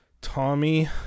Tommy